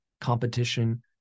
competition